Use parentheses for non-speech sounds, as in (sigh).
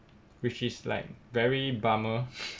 which is like very bummer (laughs)